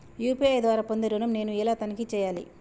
UPI ద్వారా పొందే ఋణం నేను ఎలా తనిఖీ చేయాలి?